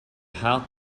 hard